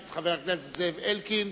את חבר הכנסת זאב אלקין,